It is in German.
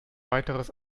weiteres